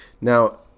Now